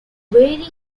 vary